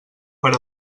per